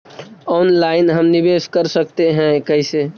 Online हम निवेश कर सकते है, कैसे?